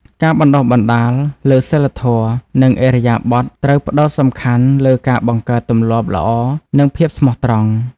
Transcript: ការបណ្តុះបណ្តាលលើសីលធម៌ និងឥរិយាបថត្រូវផ្តោតសំខាន់លើការបង្កើតទម្លាប់ល្អនិងភាពស្មោះត្រង់។